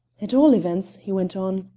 at all events, he went on,